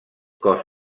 cos